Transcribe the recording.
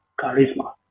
charisma